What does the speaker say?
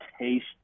taste